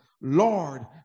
Lord